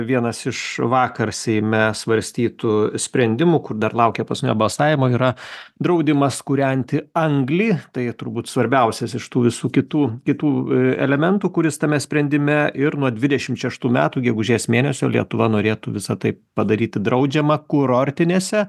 vienas iš vakar seime svarstytų sprendimų kur dar laukia paskutinio balsavimo yra draudimas kūrenti anglį tai turbūt svarbiausias iš tų visų kitų kitų elementų kuris tame sprendime ir nuo dvidešimt šeštų metų gegužės mėnesio lietuva norėtų visa tai padaryti draudžiama kurortinėse